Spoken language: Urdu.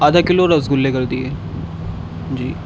آدھا کلو رسگلے کر دیجیے جی